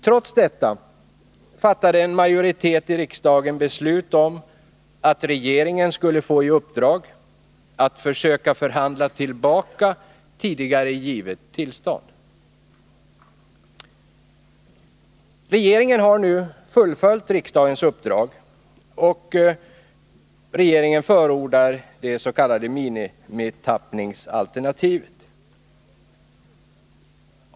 Trots detta fattade en majoritet i riksdagen beslut om att regeringen skulle få i uppdrag att försöka förhandla tillbaka tidigare givet tillstånd. Regeringen har nu fullföljt riksdagens uppdrag och förordat det s.k. minimitappningsalternativet.